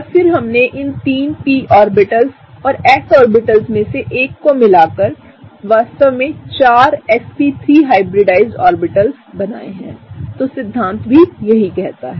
और फिर हमने इन तीन p ऑर्बिटल्सऔरs ऑर्बिटल्स में से एक कोमिलाकरवास्तव में 4 sp3हाइब्रिडाइज्ड ऑर्बिटल्स बनाएतोसिद्धांतयही कहता है